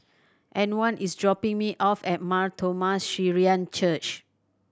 Antwan is dropping me off at Mar Thoma Syrian Church